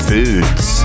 Foods